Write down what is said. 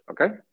Okay